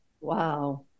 Wow